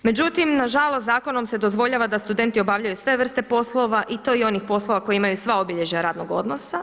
Međutim na žalost zakonom se dozvoljava da studenti obavljaju sve vrste poslova i to i onih poslova koja imaju sva obilježja radnog odnosa.